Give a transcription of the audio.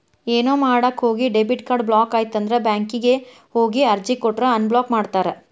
ಏನೋ ಮಾಡಕ ಹೋಗಿ ಡೆಬಿಟ್ ಕಾರ್ಡ್ ಬ್ಲಾಕ್ ಆಯ್ತಂದ್ರ ಬ್ಯಾಂಕಿಗ್ ಹೋಗಿ ಅರ್ಜಿ ಕೊಟ್ರ ಅನ್ಬ್ಲಾಕ್ ಮಾಡ್ತಾರಾ